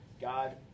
God